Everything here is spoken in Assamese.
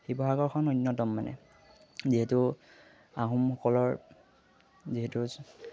শিৱসাগৰখন অন্যতম মানে যিহেতু আহোমসকলৰ যিহেতু